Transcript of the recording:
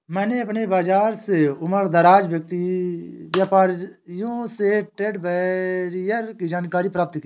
मैंने अपने बाज़ार के उमरदराज व्यापारियों से ट्रेड बैरियर की जानकारी प्राप्त की है